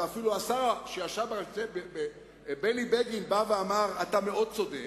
ואפילו השר בני בגין אמר: אתה מאוד צודק.